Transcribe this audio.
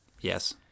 Yes